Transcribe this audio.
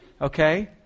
okay